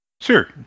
Sure